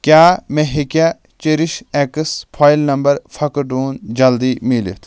کیٛاہ مےٚ ہیٚکیٛا چیٚرِش اٮ۪کس فۄیل نمبر پھۄکہٕ ڈوٗن جلدِی میٖلِتھ